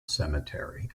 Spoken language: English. cemetery